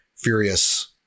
furious